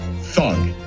thug